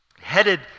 headed